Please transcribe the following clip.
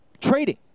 trading